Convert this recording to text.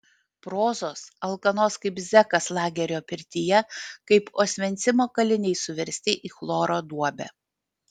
prozos alkanos kaip zekas lagerio pirtyje kaip osvencimo kaliniai suversti į chloro duobę